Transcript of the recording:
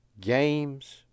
games